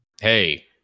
Hey